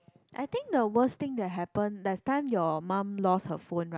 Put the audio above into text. I think the worst thing that happen that time your mum lost her phone right